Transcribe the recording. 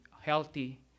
healthy